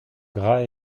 gras